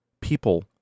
people